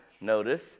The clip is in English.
Notice